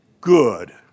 good